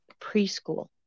preschool